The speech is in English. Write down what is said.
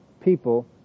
people